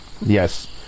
Yes